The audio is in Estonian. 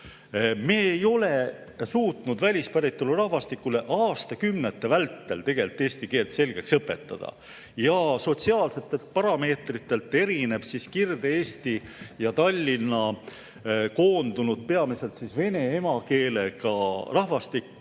Me ei ole suutnud välispäritolu rahvastikule aastakümnete vältel tegelikult eesti keelt selgeks õpetada. Sotsiaalsetelt parameetritelt erineb Kirde-Eestisse ja Tallinna koondunud peamiselt vene emakeelega rahvastik